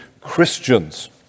Christians